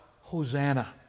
Hosanna